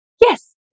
yes